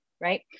right